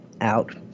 out